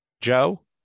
Joe